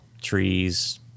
trees